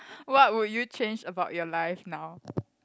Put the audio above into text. what would you change about your life now